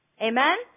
Amen